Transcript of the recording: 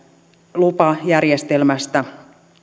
lupajärjestelmästä